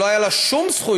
שלא היו לה שום זכויות